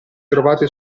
trovate